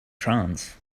trance